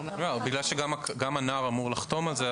בגלל שהנער אמור לחתום על זה,